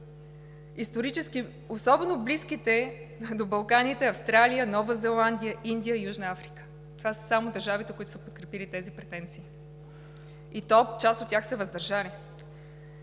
„особено близките“ до Балканите Австралия, Нова Зеландия, Индия и Южна Африка. Само това са държавите, които са подкрепили тези претенции, и то част от тях са се въздържали.